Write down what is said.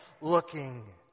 looking